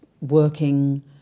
working